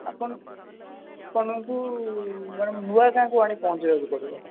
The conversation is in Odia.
ଆପଣ ଆପଣଙ୍କୁ ମାଡ଼ାମ୍ ନୂଆଗାଁକୁ ଆଣି ପହଞ୍ଚାଇବାକୁ ପଡ଼ିବ